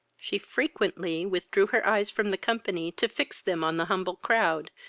she frequently withdrew her eyes from the company to fix them on the humble crowd,